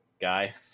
guy